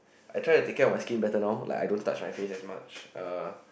I try to take care of my skin better now like I don't touch my face as much uh